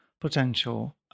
potential